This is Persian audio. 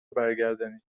برگردانید